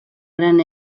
gran